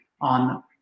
on